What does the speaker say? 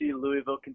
louisville